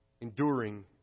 enduring